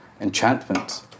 enchantment